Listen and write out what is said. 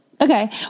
Okay